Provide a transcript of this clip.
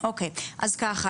אז קודם כל,